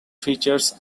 features